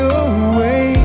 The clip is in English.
away